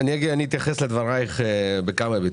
אתייחס לדבריך בכמה היבטים,